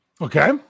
Okay